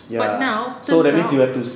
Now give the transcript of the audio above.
but now turns out